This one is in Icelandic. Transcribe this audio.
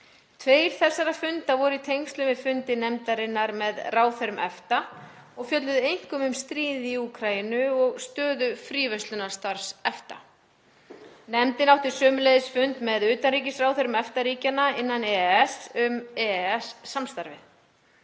Tveir þessara funda voru í tengslum við fundi nefndarinnar með ráðherrum EFTA og fjölluðu einkum um stríðið í Úkraínu og stöðu fríverslunarstarfs EFTA. Nefndin átti sömuleiðis fund með utanríkisráðherrum EFTA-ríkjanna innan EES um EES-samstarfið.